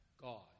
God